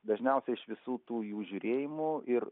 dažniausiai iš visų tų jų žiūrėjimų ir